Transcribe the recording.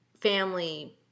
family